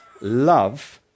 love